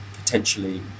potentially